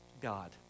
God